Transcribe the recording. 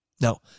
Now